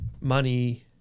money